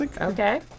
Okay